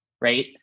right